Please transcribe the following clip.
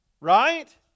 Right